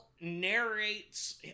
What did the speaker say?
narrates